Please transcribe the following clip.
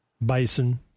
bison